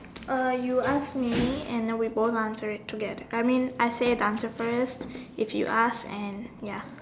you ask me and we both answer it together I mean I say the answer first if you ask and ya